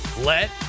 let